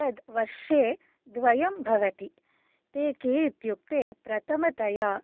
तत् वर्षे द्वयं भवति ते के इत्युक्ते प्रथमतया